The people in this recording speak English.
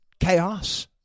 chaos